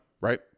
right